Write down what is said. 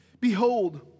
Behold